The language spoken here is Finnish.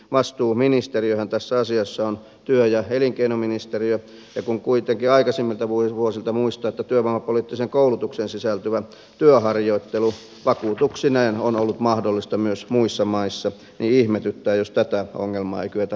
vastuuministeriöhän tässä asiassa on työ ja elinkeinoministeriö ja kun kuitenkin aikaisemmilta vuosilta muistaa että työvoimapoliittiseen koulutukseen sisältyvä työharjoittelu vakuutuksineen on ollut mahdollista myös muissa maissa niin ihmetyttää jos tätä ongelmaa ei kyetä ratkaisemaan